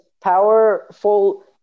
powerful